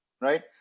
Right